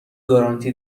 گارانتی